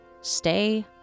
Stay